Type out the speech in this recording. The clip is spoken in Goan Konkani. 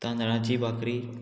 तांदळांची भाकरी